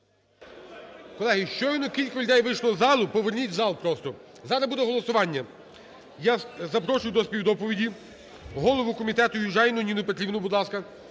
Колеги, щойно кілька людей вийшло в залу, поверніть в зал просто. Зараз буде голосування. Я запрошую до співдоповіді голову комітету Южаніну Ніну Петрівну, будь ласка.